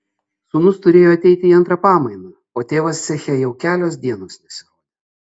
sūnus turėjo ateiti į antrą pamainą o tėvas ceche jau kelios dienos nesirodė